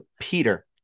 Peter